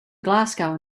glasgow